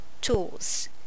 tools